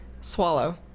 Swallow